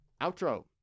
Outro